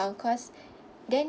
cause then